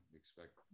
expect